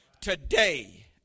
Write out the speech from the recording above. Today